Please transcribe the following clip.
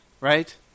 right